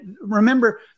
remember